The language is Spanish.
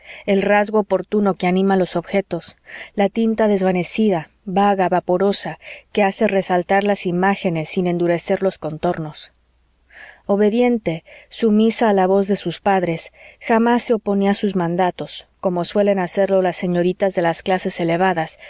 el rasgo oportuno que anima los objetos la tinta desvanecida vaga vaporosa que hace resaltar las imágenes sin endurecer los contornos obediente sumisa a la voz de sus padres jamás se oponía a sus mandatos como suelen hacerlo las señoritas de las clases elevadas